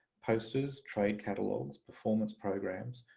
posters, trade catalogues, performance programs,